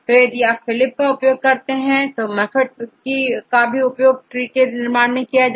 तो यदि आप Phylip का उपयोग करते हैं तो MAFFT का भी उपयोग ट्री के निर्माण में होगा